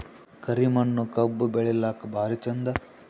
ಕರಿ ಮಣ್ಣು ಕಬ್ಬು ಬೆಳಿಲ್ಲಾಕ ಭಾರಿ ಚಂದ?